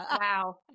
Wow